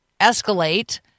escalate